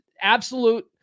absolute